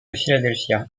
philadelphia